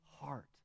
heart